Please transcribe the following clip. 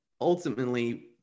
ultimately